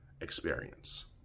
experience